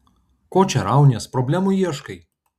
ko čia raunies problemų ieškai